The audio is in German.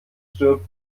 stirbt